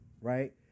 right